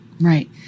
Right